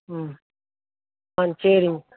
ம் ம் சரிங்க